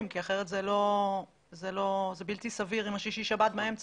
כי אחרת זה בלתי סביר אם השישי-שבת באמצע.